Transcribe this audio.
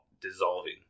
dissolving